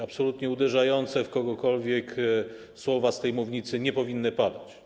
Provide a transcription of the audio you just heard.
Absolutnie uderzające w kogokolwiek słowa z tej mównicy nie powinny padać.